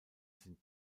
sind